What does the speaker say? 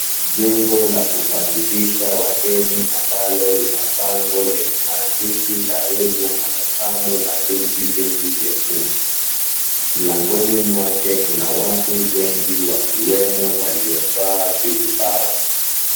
Jengo lakukaribisha wageni ambalo lina bango lenye maandishi, Karibu Amu Tamu na viti vingi vyekundu, mlangoni mwake kuna watu wengi wakiwemo waliovaa vizibao.